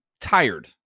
tired